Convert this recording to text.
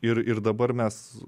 ir ir dabar mes